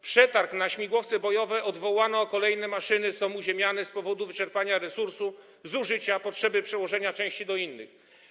Przetarg na śmigłowce bojowe odwołano, a kolejne maszyny są uziemiane z powodu wyczerpania resursu, zużycia, potrzeby przełożenia części do innych.